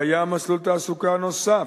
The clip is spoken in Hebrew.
קיים מסלול תעסוקה נוסף,